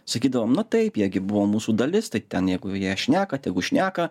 sakydavom nu taip jie gi buvo mūsų dalis tai ten jeigu jie šneka tegu šneka